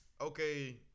okay